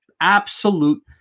absolute